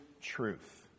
truth